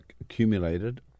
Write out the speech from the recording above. accumulated